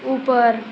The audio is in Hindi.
ऊपर